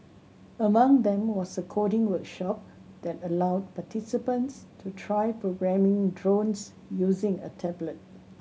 among them was a coding workshop that allowed participants to try programming drones using a tablet